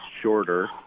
shorter